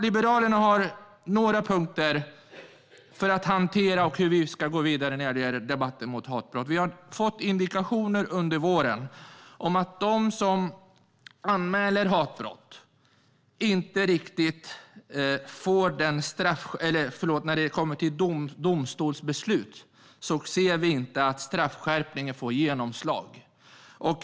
Liberalerna har några punkter för att hantera hur vi ska gå vidare när det gäller debatten mot hatbrott. Vi har under våren fått indikationer på att vi inte ser att straffskärpningen får genomslag i domstolsbesluten när det gäller hatbrottsanmälningar.